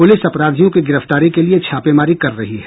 police अपराधियों की गिरफ्तारी के लिए छापेमारी कर रही है